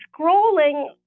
scrolling